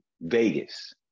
Vegas